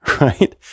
right